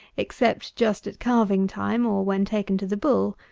except just at calving time, or when taken to the bull.